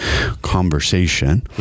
conversation